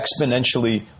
exponentially